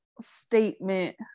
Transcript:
statement